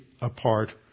apart